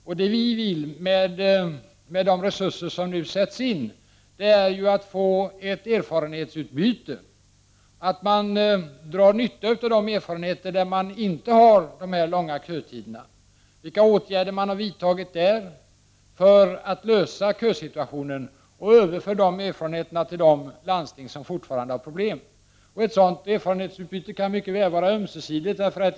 Vad vi vill med de resurser som nu sätts in är ju att få ett erfarenhetsutbyte, att vi drar nytta av erfarenheterna från de platser där man inte har dessa långa kötider, att vi ser vilka åtgärder man har vidtagit där för att bemästra kösituationen, och överför de erfarenheterna till de landsting som fortfarande har problem. Ett sådant erfarenhetsbyte kan mycket väl vara ömsesidigt.